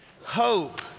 Hope